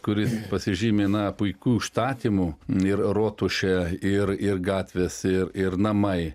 kuris pasižymi na puikiu užstatymu ir rotušė ir ir gatvės ir ir namai